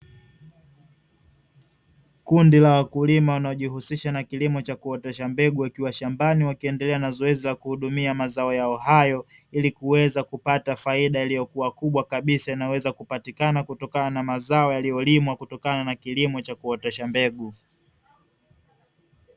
Kundi la wakulima wanaojihusisha na kilimo cha kuotesha mbegu wakiwa shambani, wakiendelea na zoezi la kuhudumia mazao yao hayo, ili kuweza kupata faida iliyokuwa kubwa kabisa inayoweza kupatikana kutokana na mazao yaliyolimwa kutokana na kilimo cha kuotesha mbegu.